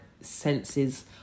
senses